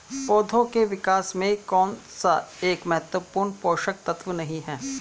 पौधों के विकास में कौन सा एक महत्वपूर्ण पोषक तत्व नहीं है?